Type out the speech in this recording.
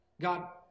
God